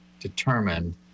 determined